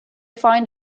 find